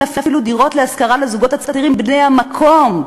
אין אפילו דירות להשכרה לזוגות צעירים בני המקום.